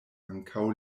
ankaŭ